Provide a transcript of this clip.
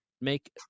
make